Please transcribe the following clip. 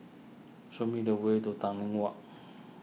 show me the way to Tanglin Walk